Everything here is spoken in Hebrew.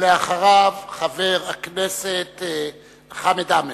ואחריו, חבר הכנסת חמד עמאר.